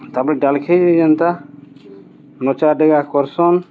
ତା'ପରେ ଡାଲ୍ଖେଇରେ ଯେନ୍ତା ନଚାଡେଗା କର୍ସନ୍